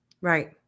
Right